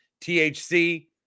THC